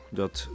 dat